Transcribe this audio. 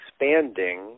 expanding